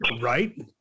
right